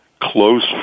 close